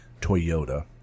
Toyota